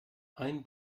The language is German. ein